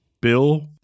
Bill